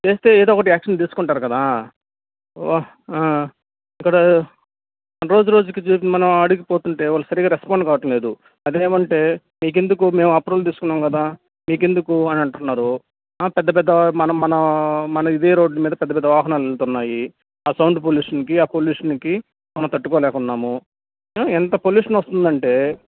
చేస్తే ఏదో ఒకటి యాక్షన్ తీసుకుంటారు కదా ఇక్కడ రోజురోజుకీ దీనికి మనం అడిగి పోతుంటే వాళ్ళు సరిగా రెస్పాండ్ కావట్లేదు అది ఏమిటి అంటే మీకెందుకు మేము అప్రూవల్ తీసుకున్నాము కదా మీకెందుకు అని అంటున్నారు ఆ పెద్ద పెద్ద మనం మన మన ఇదే రోడ్డు మీద పెద్ద పెద్ద వాహనాలు వెళ్తున్నాయి ఆ సౌండ్ పొల్యూషన్కి ఆ పొల్యూషన్కి మనం తట్టుకోలేకున్నాము ఎంత పొల్యూషన్ వస్తుందంటే